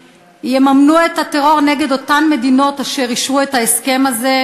יממנו את הטרור נגד אותן מדינות אשר אישרו את ההסכם הזה,